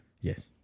Yes